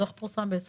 הדוח פורסם ב-2020.